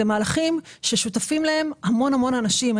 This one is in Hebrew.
אלה מהלכים ששותפים להם המון אנשים.